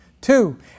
Two